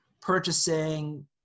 purchasing